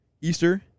Easter